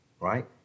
right